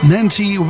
Nancy